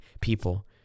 people